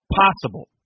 possible